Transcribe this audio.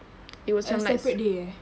a separate day eh